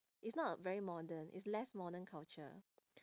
it's not very modern it's less modern culture